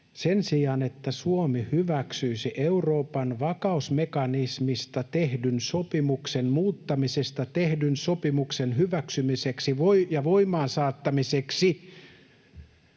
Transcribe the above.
esitys eduskunnalle Euroopan vakausmekanismista tehdyn sopimuksen muuttamisesta tehdyn sopimuksen hyväksymiseksi ja voimaansaattamiseksi